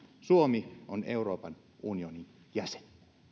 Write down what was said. suomi on euroopan unionin jäsen